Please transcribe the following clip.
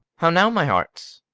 how now, my hearts!